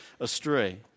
astray